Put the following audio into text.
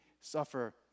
suffer